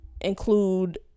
include